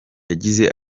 yagize